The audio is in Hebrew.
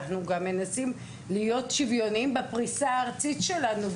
אנחנו מנסים להיות שוויוניים בפריסה הארצית שלנו,